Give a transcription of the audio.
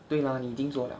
对 mah 你已经做了